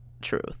truth